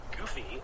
goofy